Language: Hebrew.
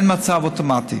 אין מצב אוטומטי.